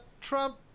trump